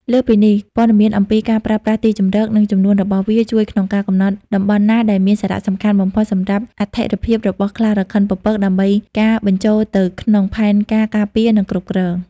លើសពីនេះ ព័ត៌មានអំពីការប្រើប្រាស់ទីជម្រក និងចំនួនរបស់វាជួយក្នុងការ កំណត់តំបន់ណាដែលមានសារៈសំខាន់បំផុតសម្រាប់អត្ថិភាពរបស់ខ្លារខិនពពក ដើម្បីដាក់បញ្ចូលទៅក្នុងផែនការការពារ និងគ្រប់គ្រង។